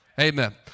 Amen